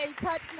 touch